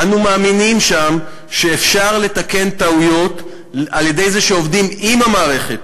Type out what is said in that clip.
אנו מאמינים שם שאפשר לתקן טעויות על-ידי זה שעובדים עם המערכת,